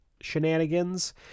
shenanigans